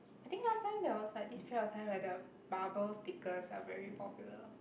I think last time there was like this period of time where the bubble stickers are very popular